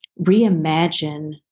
Reimagine